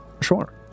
Sure